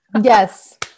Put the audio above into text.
Yes